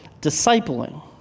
discipling